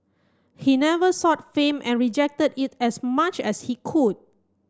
he never sought fame and rejected it as much as he could